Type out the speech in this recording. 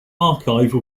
archive